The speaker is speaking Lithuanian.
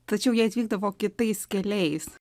tačiau jie atvykdavo kitais keliais